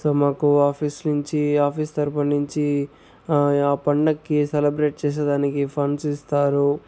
so మాకు office నుంచి office తరపునుంచి ఆ పండక్కి సెలబ్రేట్ చేసే దానికి ఫండ్స్ ఇస్తారు